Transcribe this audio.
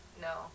no